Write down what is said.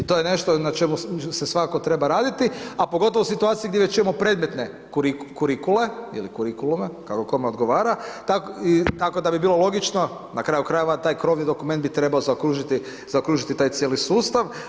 I to je nešto na čemu se svakako treba raditi, a pogotovo u situaciji gdje već imamo predmetne kurikule, kurikulume kako kome odgovara tako da bi bilo logično, na kraju krajeva taj krovni dokument bi trebao zaokružiti taj cijeli sustav.